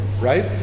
right